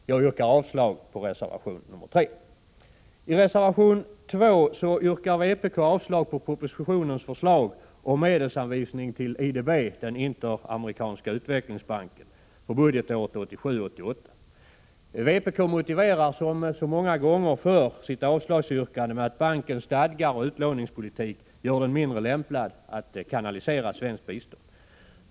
Jag yrkar avslag på reservation nr 3. I reservation 2 yrkar vpk avslag på propositionens förslag om medelsanvisning till IDB, Interamerikanska utvecklingsbanken, för budgetåret 1987/88. Vpk motiverar som så många gånger förr sitt avslagsyrkande med att bankens stadgar och utlåningspolitik gör den mindre lämpad att kanalisera svenskt bistånd.